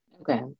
Okay